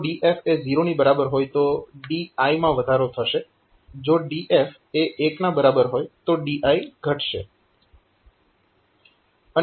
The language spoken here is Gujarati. અને જો DF એ 0 ની બરાબર હોય તો DI માં વધારો થશે જો DF એ 1 ના બરાબર હોય તો DI ઘટશે